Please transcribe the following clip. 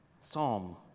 Psalm